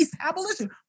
abolition